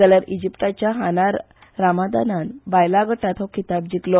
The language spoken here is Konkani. जाल्यार इजीप्टाच्या हाना रामादानान बायलां गटात हो खिताब जिकलो